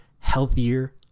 healthier